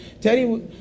Teddy